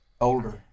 older